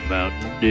Mountain